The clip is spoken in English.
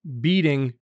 beating